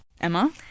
Emma